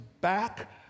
back